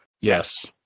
Yes